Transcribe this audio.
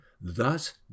Thus